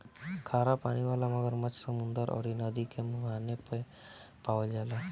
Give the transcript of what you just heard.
खरा पानी वाला मगरमच्छ समुंदर अउरी नदी के मुहाने पे पावल जाला